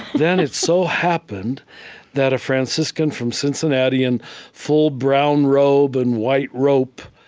then it so happened that a franciscan from cincinnati in full brown robe and white rope